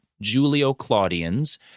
Julio-Claudians